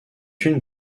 une